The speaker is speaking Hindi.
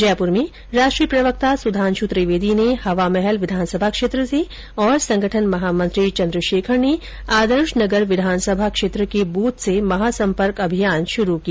जयपुर में राष्ट्रीय प्रवक्ता सुधांश् त्रिवेदी ने हवामहल विधानसभा क्षेत्र से और संगठन महामंत्री चन्द्रशेखर ने आदर्श नगर विधानसभा के बूथ से महासंपर्क अभियान शुरू किया